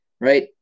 Right